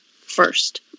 first